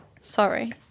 Sorry